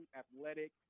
athletic